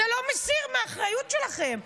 זה לא מסיר מהאחריות שלכם.